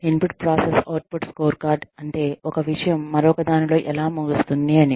input process output scorecard అంటే ఒక విషయం మరొకదానిలో ఎలా ముగుస్తుంది అని